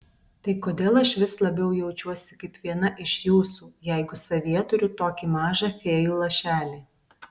tai kodėl aš vis labiau jaučiuosi kaip viena iš jūsų jeigu savyje turiu tokį mažą fėjų lašelį